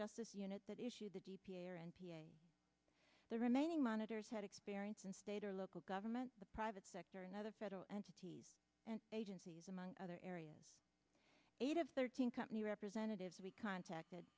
justice unit that issue the d p a or n p a the remaining monitors had experience in state or local government the private sector and other federal entities and agencies among other areas eight of thirteen company representatives we contacted